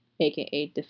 aka